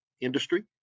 industry